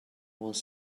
was